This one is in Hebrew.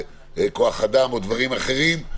כוח אדם או דברים אחרים,